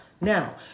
now